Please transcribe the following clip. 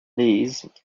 these